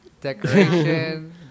Decoration